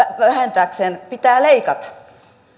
vähentääkseen pitää leikata